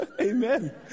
amen